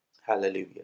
hallelujah